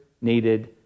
needed